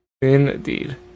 Indeed